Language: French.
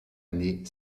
année